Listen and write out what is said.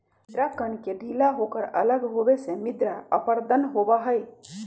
मृदा कण के ढीला होकर अलग होवे से मृदा अपरदन होबा हई